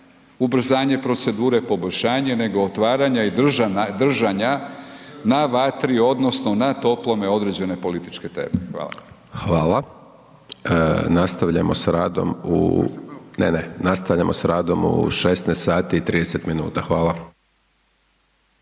ubrzanje procedure, poboljšanje nego otvaranja i držanja na vatri odnosno na toplome određene političke teme. Hvala. **Hajdaš Dončić, Siniša (SDP)** Hvala.